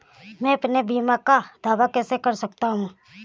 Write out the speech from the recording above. मैं अपने बीमा का दावा कैसे कर सकता हूँ?